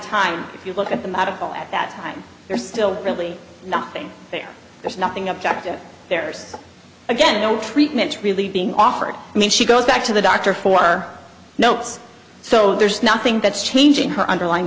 time if you look at the medical at that time they're still really nothing there there's nothing objective there's again no treatments really being offered i mean she goes back to the doctor for our notes so there's nothing that's changing her underlying